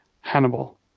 Hannibal